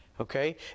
Okay